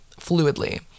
fluidly